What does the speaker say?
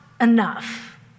enough